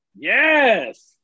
Yes